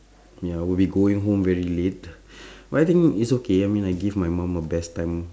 ya would be going home very late but I think it's okay I mean I give my mum a best time